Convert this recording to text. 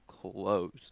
closed